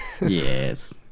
yes